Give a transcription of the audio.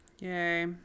Yay